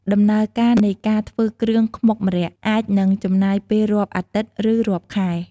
ដំណើរការនៃការធ្វើគ្រឿងខ្មុកម្រ័ក្សណ៍អាចនឹងចំណាយពេលរាប់អាទិត្យ ឬ រាប់ខែ។